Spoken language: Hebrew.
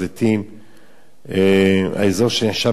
האזור שנחשב על-ידיו "המתחם הקדוש".